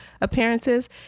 appearances